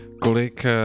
kolik